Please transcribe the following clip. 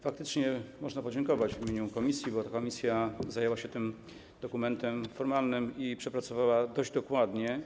Faktycznie można podziękować w imieniu komisji, bo to komisja zajęła się tym dokumentem formalnym i przepracowała go dość dokładnie.